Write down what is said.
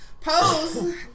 Pose